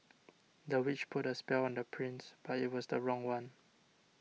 the witch put a spell on the prince but it was the wrong one